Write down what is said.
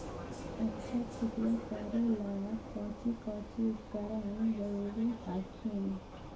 अच्छा खेतिया करे ला कौची कौची उपकरण जरूरी हखिन?